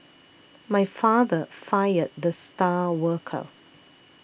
my father fired the star worker